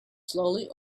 slowly